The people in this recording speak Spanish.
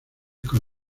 con